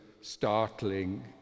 startling